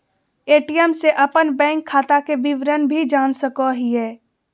ATM से अपन bank खाता के विवरण भी जान सको हिये